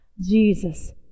Jesus